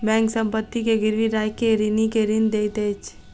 bank संपत्ति के गिरवी राइख के ऋणी के ऋण दैत अछि